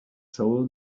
soul